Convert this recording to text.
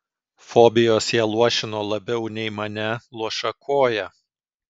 fobijos ją luošino labiau nei mane luoša koja